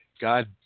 god